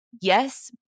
Yes